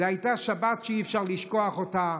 זאת הייתה שבת שאי-אפשר לשכוח אותה.